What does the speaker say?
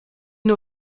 nur